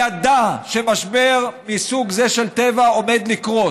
היא ידעה שמשבר מסוג זה של טבע עומד לקרות,